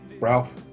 ralph